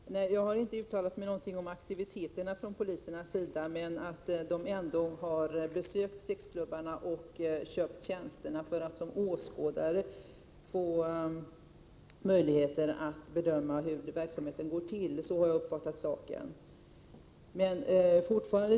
Fru talman! Jag har inte uttalat mig om aktiviteterna från polisens sida, men jag har uppfattat saken så, att polismännen har besökt sexklubbarna och köpt tjänsterna för att som åskådare få möjligheter att bedöma hur verksamheten bedrivs.